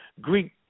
Greek